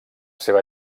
seva